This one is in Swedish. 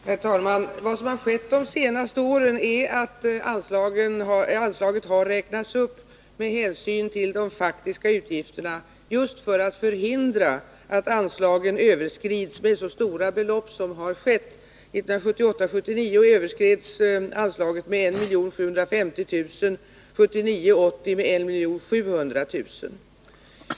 Herr talman! Vad som har skett de senaste åren är att anslaget har räknats upp med hänsyn till de faktiska utgifterna, just för att förhindra att anslagen överskrids med så stora belopp som har skett. 1978 80 med 1 700 000.